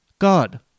God